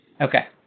Okay